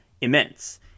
immense